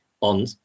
on